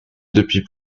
depuis